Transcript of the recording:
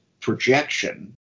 projection